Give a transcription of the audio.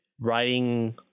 writing